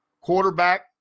quarterback